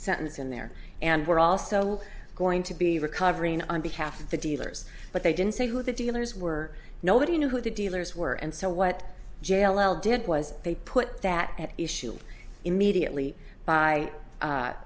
sentence in there and we're also going to be recovering on behalf of the dealers but they didn't say who the dealers were nobody knew who the dealers were and so what jalal did was they put that issue immediately by